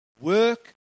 work